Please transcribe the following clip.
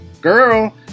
girl